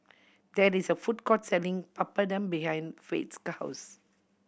there is a food court selling Papadum behind Fate's house